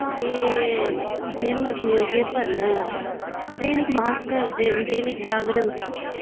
ते famous newspaper न दैनिक भास्कर दे दैनिक जागरण